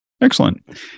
Excellent